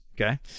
okay